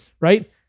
right